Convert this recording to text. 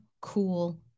cool